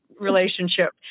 relationship